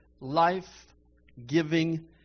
life-giving